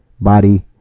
body